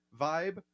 vibe